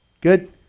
Good